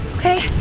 okay,